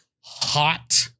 hot